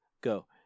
go